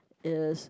is